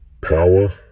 power